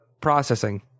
processing